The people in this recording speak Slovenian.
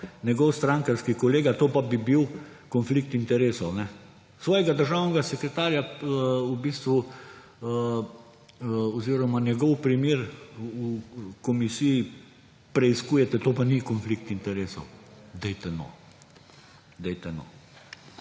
strankarski kolega, to pa bi bil konflikt interesov, ne? Svojega državnega sekretarja, v bistvu njegov primer v komisiji preiskujete, to pa ni konflikt interesov. Dajte, no. Dajte, no!